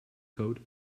code